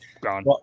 gone